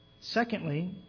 Secondly